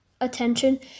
attention